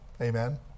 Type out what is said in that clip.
Amen